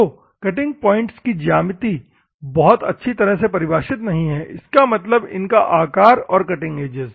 तो cutting points की ज्यामिति बहुत अच्छी तरह से परिभाषित नहीं है इसका मतलब इनका आकार और कटिंग एजेस